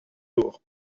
door